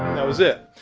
that was it.